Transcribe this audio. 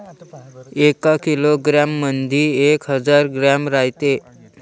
एका किलोग्रॅम मंधी एक हजार ग्रॅम रायते